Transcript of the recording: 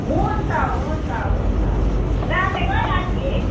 हुन्छ हन्छ हुन्छ राखेको है आन्टी